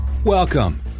Welcome